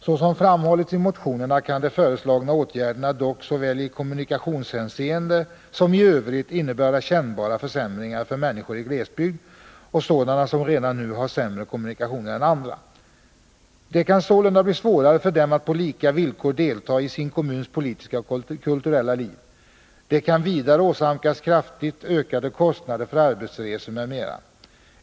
Såsom framhållits i motionerna kan de föreslagna åtgärderna dock såväl i kommunikationshänseende som i övrigt innebära kännbara försämringar för människor i glesbygder och sådana som redan nu har sämre kommunikationer än andra. Det kan sålunda bli svårare för dem att på lika villkor delta i sin kommuns politiska och kulturella liv. De kan vidare åsamkas kraftigt ökade kostnader för arbetsresor m.m.